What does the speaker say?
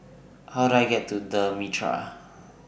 How Do I get to The Mitraa